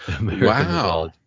Wow